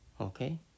Okay